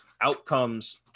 outcomes